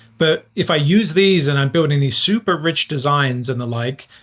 but if i use these, and i'm building these super rich designs and the like,